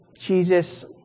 Jesus